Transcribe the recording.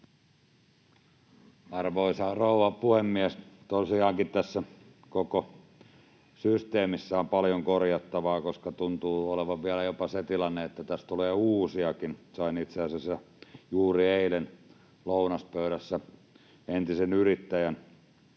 Arvoisa rouva puhemies! Tosiaankin tässä koko systeemissä on paljon korjattavaa, koska tuntuu olevan vielä jopa se tilanne, että tässä tulee uusiakin. Sain itse asiassa juuri eilen lounaspöydässä entisen yrittäjän kertomuksen